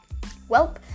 Welp